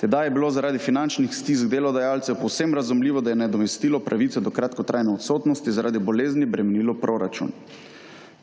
Tedaj je bilo zaradi finančnih stisk delodajalcev povsem razumljivo, da je nadomestilo pravice do kratkotrajne odsotnosti zaradi bolezni bremenilo proračun.